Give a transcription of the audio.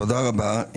תודה רבה.